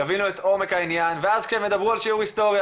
יבינו את עומק העניין ואז שהם לדברו בשיעור היסטוריה